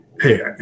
Hey